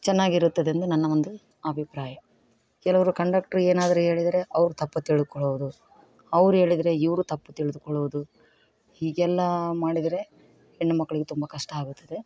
ಚೆನ್ನಾಗಿರುತ್ತದೆಂದು ನನ್ನ ಒಂದು ಅಭಿಪ್ರಾಯ ಕೆಲವರು ಕಂಡಕ್ಟ್ರ್ ಏನಾದರು ಹೇಳಿದ್ರೆ ಅವ್ರು ತಪ್ಪು ತಿಳ್ಕೊಳ್ಳುವುದು ಅವ್ರು ಹೇಳಿದ್ರೆ ಇವರು ತಪ್ಪು ತಿಳಿದುಕೊಳ್ಳುವುದು ಹೀಗೆಲ್ಲ ಮಾಡಿದರೆ ಹೆಣ್ಣು ಮಕ್ಕಳಿಗೆ ತುಂಬ ಕಷ್ಟ ಆಗುತ್ತದೆ